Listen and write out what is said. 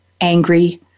angry